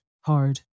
hard